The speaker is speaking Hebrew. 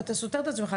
אתה סותר את עצמך,